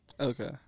Okay